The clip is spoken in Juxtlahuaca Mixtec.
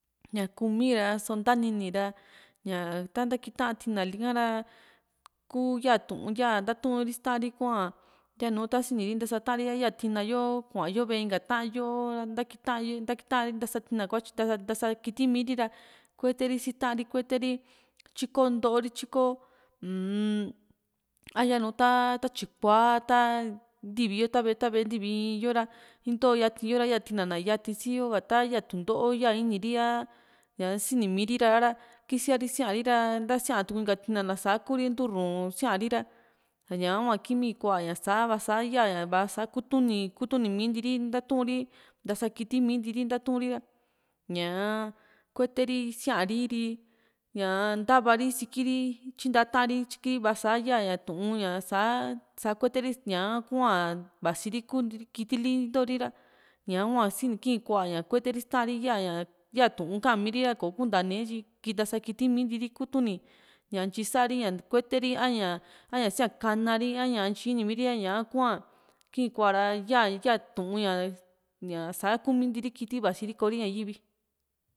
ñaku mii ra soo ntanini yu ra ña ta ntakita tina li´ka ra kuu ya Tu'un ya ntaturi sii ta´ri hua yanu ta siniri ntasa taa´ri ra ya tina yo kuayo vee inka ta´an yo ntakita yo ntakita ntasa kiti miri ra kueteri sii ta´ri kueteri ra tyiko ntoo ri tyiko uun a yaa nu ta tyikua ta ntivi yo ta ve´e ta ve´e yo ntivi in yo ra into yati yo´ra yaa tina na yati si´yo ka ta yaa tundo´o ya ini ri a sinimi ri ra kisiari siari ra nta sia tuuku inka tina na sakuri ntu rrun siari ra ñaka hua kiimi kua ña sa vaa sa ya´ña vasa kutuni mii ntii ri ntaturi ntasa kiti miinti ri ntaturi ra ñaa kueteri siari ri ñaa ntava ri isikiri tyinta ta´an ri vasa ya ña Tu'un ña sa sa kueteri ña´ka kuaa vasiri kuntiri kiti li intori ra ñahua sin´ki kua ña kueteri sii ta´an ri yaña yaa Tu'un kaami ri ra kò´o kuntane tyi ntasa kiti mii ntiiri kutuni ña ntyi sa´ri ña kueteri a ña síaa kanari a ña intyi ini mii ri ñaka hua kii kuara ya ya Tu'un ña ña saá kumi ntii ri kiti vasiri koo ri ña yu´vi